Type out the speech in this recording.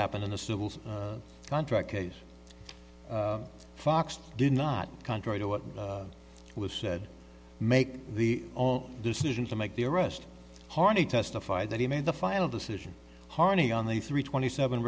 happened in the civil contract case fox did not contrary to what was said make the decision to make the arrest harney testified that he made the final decision harney on the three twenty seven